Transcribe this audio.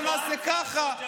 לא נעשה ככה.